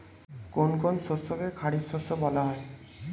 কোন কোন শস্যকে খারিফ শস্য বলা হয়?